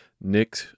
Nick